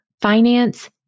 finance